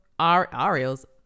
Ariels